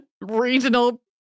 regional